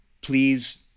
please